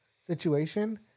situation